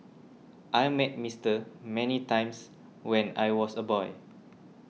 I met Mister many times when I was a boy